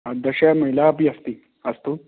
दश महिला अपि अस्ति अस्तु